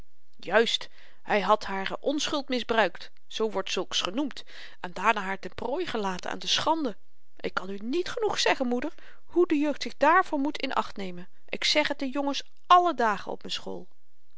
juist hy had hare onschuld misbruikt zoo wordt zulks genoemd en daarna haar ten prooi gelaten aan de schande ik kan u niet genoeg zeggen moeder hoe de jeugd zich daarvoor moet in acht nemen ik zeg t de jongens alle dagen op m'n school